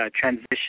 transition